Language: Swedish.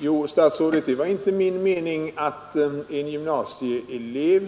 Herr talman! Det var inte min mening, herr statsråd, att en gymnasieelev